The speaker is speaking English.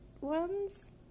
ones